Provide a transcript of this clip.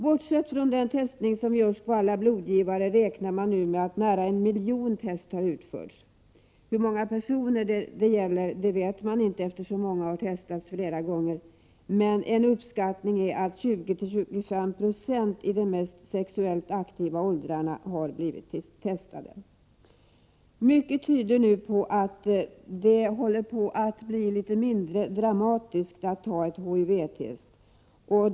Bortsett från den testning som görs på alla blodgivare räknar man nu med att nära 1 miljon test har utförts. Hur många personer som testats vet man inte, eftersom många har testats flera gånger. Man uppskattar dock att 20-25 96 av dem som är i de sexuellt mest aktiva åldrarna har blivit testade. Mycket tyder nu på att det börjar bli mindre dramatiskt att göra ett HIV-test.